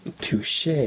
Touche